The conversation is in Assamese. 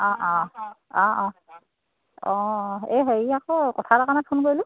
অঁ অঁ অঁ অঁ অঁ এই হেৰি আকৌ কথা এটাৰ কাৰণে ফোন কৰিলোঁ